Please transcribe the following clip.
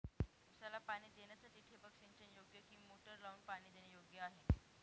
ऊसाला पाणी देण्यासाठी ठिबक सिंचन योग्य कि मोटर लावून पाणी देणे योग्य आहे?